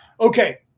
Okay